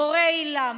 מורי היל"ה,